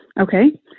Okay